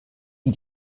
wie